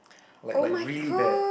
like like really bad